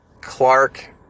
Clark